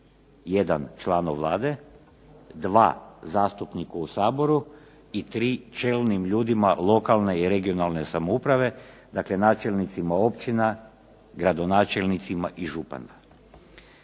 1)članu Vlade, 2)zastupniku u Saboru i 3)čelnim ljudima lokalne i regionalne samouprave, dakle načelnicima općina, gradonačelnicima i županima.